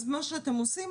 אז מה שאתם עושים,